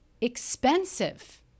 expensive